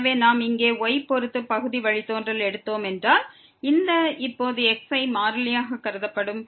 எனவே நாம் இங்கே y பொறுத்து பகுதி வழித்தோன்றல் எடுத்தோம் என்றால் இந்த இப்போது x ஐ மாறிலியாக கருதப்படும்